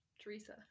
Teresa